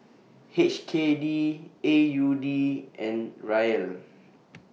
H K D A U D and Riel